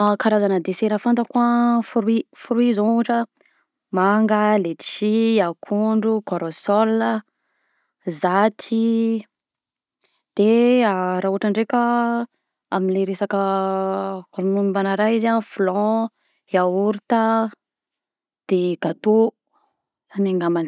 Karazagna desera fantako a fruits, fruits zao ohatra: manga, letshia, akondro, corrosol a, zaty, de a raha ohatra ndray ka am'le resaka mombana raha izy a: flan, yaourt, de gateau koa, zay angambany.